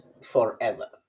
forever